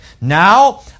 Now